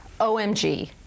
OMG